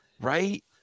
right